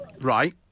Right